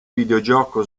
videogioco